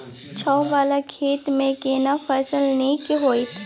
छै ॉंव वाला खेत में केना फसल नीक होयत?